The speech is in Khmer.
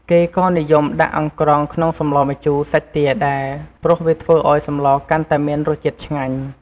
គេក៏និយមដាក់អង្រ្កងក្នុងសម្លម្ជូរសាច់ទាដែរ ព្រោះវាធ្វើឱ្យសម្លកាន់តែមានរសជាតិឆ្ងាញ់។